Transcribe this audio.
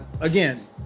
again